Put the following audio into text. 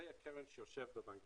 לבנק